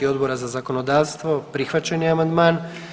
Odbora za zakonodavstvo, prihvaćen je amandman.